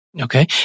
Okay